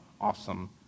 awesome